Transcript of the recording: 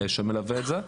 שמלווה את זה,